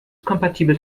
kompatibel